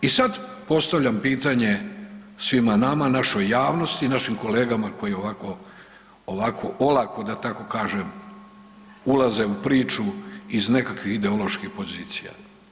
I sad postavljam pitanje svima nama, našoj javnosti, našim kolegama koji ovako, ovako olako da tako kažem, ulaze u priču iz nekakvih ideoloških pozicija.